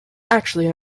actually